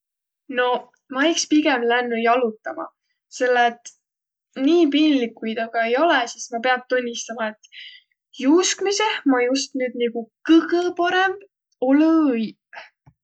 Noq ma iks pigem lännüq jalutama, selle et nii piinlik, kui ta ka ei olõq, sis ma piät tunnistama, et juuskmisõh ma just nüüd nigu kõgõ parõmb olõ-õiq.